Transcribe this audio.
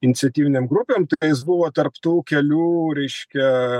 iniciatyvinėm grupėm tai jis buvo tarp tų kelių reiškia